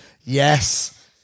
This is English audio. Yes